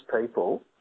people